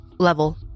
level